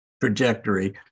trajectory